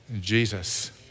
Jesus